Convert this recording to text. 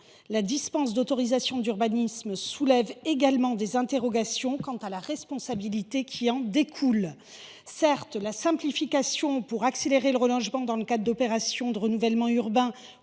La dispense d’autorisation d’urbanisme soulève également des interrogations quant à la responsabilité qui en découle. Certes, la simplification est louable pour accélérer le relogement dans le cadre d’opérations de renouvellement urbain